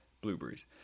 blueberries